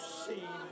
see